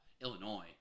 Illinois